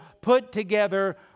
put-together